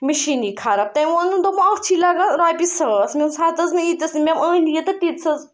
مِشیٖنی خراب تٔمۍ ووٚنُن دوٚپُن اَتھ چھی لگان رۄپیہِ ساس مےٚ ووٚنُن ہَتہٕ حظ ییٖتِس نہٕ مےٚ أنۍ یہِ تیٖتِس حظ